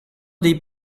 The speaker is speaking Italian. dei